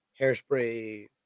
hairspray